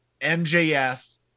MJF